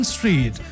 Street